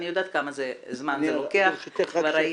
אני יודעת כמה זמן זה לוקח, כבר ראינו.